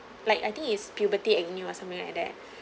like I think is puberty acne or something like that